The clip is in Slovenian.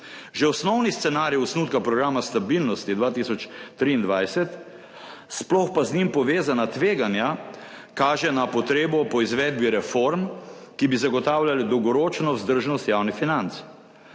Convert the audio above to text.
Že osnovni scenarij osnutka programa stabilnosti 2023, sploh pa z njim povezana tveganja, kaže na potrebo po izvedbi reform, ki bi zagotavljale dolgoročno vzdržnost javnih financ.